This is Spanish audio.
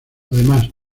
además